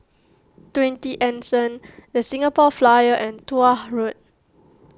twenty Anson the Singapore Flyer and Tuah Road